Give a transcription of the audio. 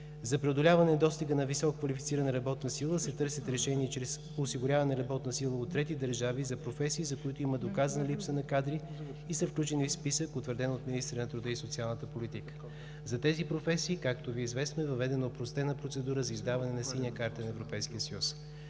За преодоляване недостига на високо квалифицирана работна сила се търсят решения чрез осигуряване работна сила от трети държави за професии, за които има доказана липса на кадри и са включени в списък, утвърден от министъра на труда и социалната политика. За тези професии, както Ви е известно, е въведена опростена процедура за издаване на синя карта на Европейския съюз.